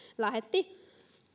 lähetti